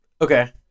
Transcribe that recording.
Okay